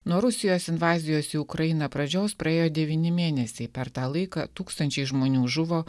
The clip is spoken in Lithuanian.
nuo rusijos invazijos į ukrainą pradžios praėjo devyni mėnesiai per tą laiką tūkstančiai žmonių žuvo